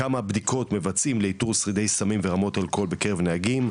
כמה בדיקות מבצעים לאיתור שרידי סמים ורמות אלכוהול בקרב נהגים,